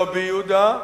לא ביהודה,